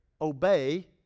obey